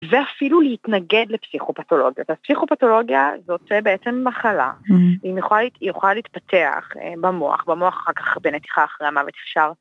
‫ואפילו להתנגד לפסיכופתולוגיה. ‫אז פסיכופתולוגיה, זאת בעצם מחלה. ‫היא יכולה להתפתח במוח, ‫במוח אחר כך, בנתיכה אחרי המוות, ‫אפשר...